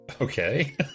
Okay